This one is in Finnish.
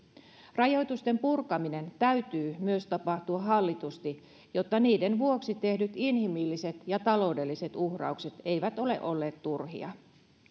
rajoitusten purkaminen täytyy myös tapahtua hallitusti jotta niiden vuoksi tehdyt inhimilliset ja taloudelliset uhraukset eivät ole olleet turhia